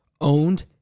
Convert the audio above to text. owned